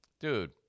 Dude